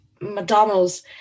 mcdonald's